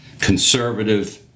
conservative